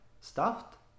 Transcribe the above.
Stuffed